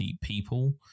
people